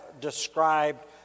described